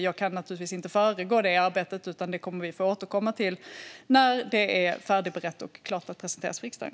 Jag kan naturligtvis inte föregå det arbetet, utan vi kommer att få återkomma till det när det är färdigberett och klart att presenteras för riksdagen.